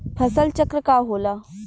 फसल चक्र का होला?